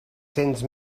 sis